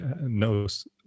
knows